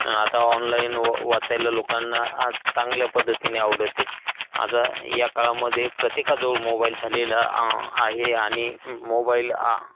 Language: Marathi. आता ऑनलाईन व वाचायला लोकांना चांगल्या पद्धतीने आवडते आता या काळामध्ये प्रत्येकाजवळ मोबाईल झालेला आहे आणि मोबाईल